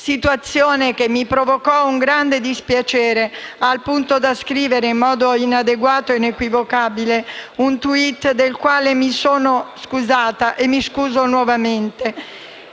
(situazione che mi provocò un grande dispiacere al punto da scrivere, in modo inadeguato e equivocabile, un *tweet* del quale mi scuso nuovamente),